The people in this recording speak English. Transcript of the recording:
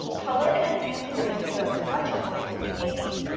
coloured and fancy waistcoats were much worn till the eighties,